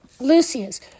Lucius